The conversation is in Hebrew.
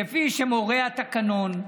כפי שמורה התקנון,